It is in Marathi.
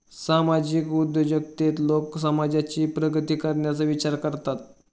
सामाजिक उद्योजकतेत लोक समाजाची प्रगती करण्याचा विचार करतात